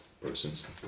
persons